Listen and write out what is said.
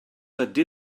ydyn